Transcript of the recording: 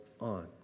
on